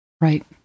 right